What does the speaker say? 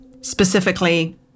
Specifically